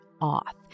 off